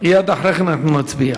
ומייד לאחר מכן אנחנו נצביע.